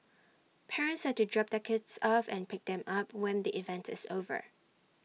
parents are to drop their kids off and pick them up when the event is over